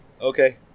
okay